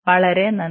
വളരെ നന്ദി